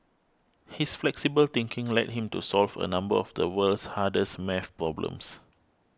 his flexible thinking led him to solve a number of the world's hardest math problems